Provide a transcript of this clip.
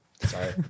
Sorry